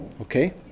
okay